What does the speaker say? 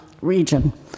region